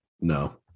No